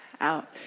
out